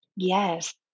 Yes